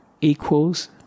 equals